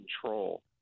control